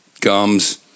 gums